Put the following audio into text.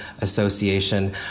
association